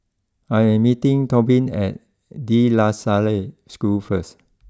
I am meeting Tobin at De La Salle School first